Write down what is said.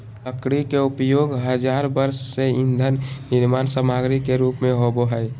लकड़ी के उपयोग हजार वर्ष से ईंधन निर्माण सामग्री के रूप में होबो हइ